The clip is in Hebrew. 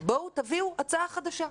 תביאו הצעה חדשה.